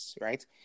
right